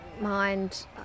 mind